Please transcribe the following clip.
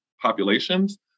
populations